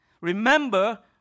remember